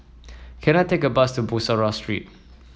can I take a bus to Bussorah Street